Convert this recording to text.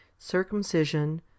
circumcision